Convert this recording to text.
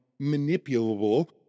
manipulable